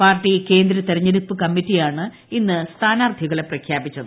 party കേന്ദ്ര തെരഞ്ഞെടുപ്പ് കമ്മിറ്റിയാണ് ഇന്ന് സ്ഥാനാർത്ഥികളെ പ്രഖ്യാപിച്ചത്